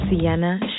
Sienna